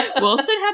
Wilson